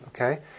Okay